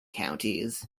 counties